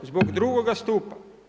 Zbog drugoga stupa.